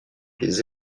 les